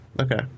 Okay